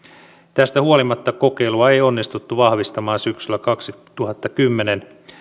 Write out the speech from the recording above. tästä huolimatta kokeilua ei onnistuttu vahvistamaan syksyllä kaksituhattakymmenen